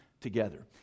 together